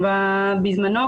בזמנו,